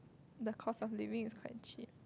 the cost of living is very cheap